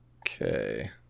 Okay